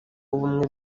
w’ubumwe